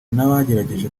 n’abagerageje